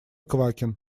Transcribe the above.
квакин